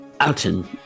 Alton